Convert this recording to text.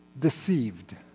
Deceived